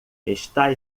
está